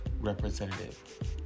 representative